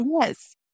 Yes